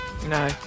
No